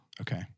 Okay